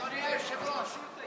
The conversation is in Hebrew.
אדוני היושב-ראש,